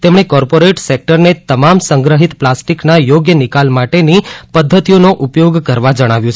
તેમણે કોર્પોરેટ સેકટરને તમામ સંગ્રહિત પ્લાસ્ટિકના યોગ્ય નિકાલ માટેની પદ્ધતિઓનો ઉપયોગ કરવા જણાવ્યું છે